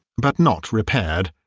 but not repaired.